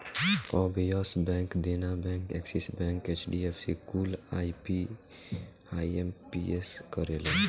अब Yes Bank, Dena Bank, Axis Bank, HDFC कुल IMPS करेला